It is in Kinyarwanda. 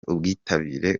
ubwitabire